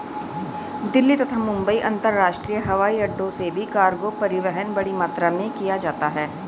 दिल्ली तथा मुंबई अंतरराष्ट्रीय हवाईअड्डो से भी कार्गो परिवहन बड़ी मात्रा में किया जाता है